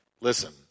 Listen